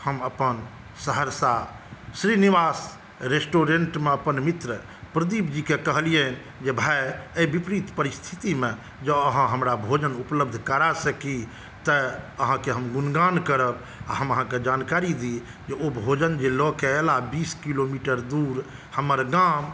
हम अपन सहरसा श्रीनिवास रेस्टुरेन्ट मे अपन मित्र प्रदीप जी के कहलियनि जे भाइ आइ विपरीत परिस्थिति मे जॅं अहाँ हमरा भोजन उपलब्ध करा सकी तऽ अहाँकेॅं हम गुणगान करब आ हम अहाँकेॅं जानकारी दी जे ओ भोजन लऽ कऽ एला बीस किलोमीटर दूर हमर गाँम